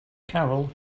carol